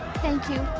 thank you.